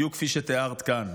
בדיוק כפי שתיארת כאן,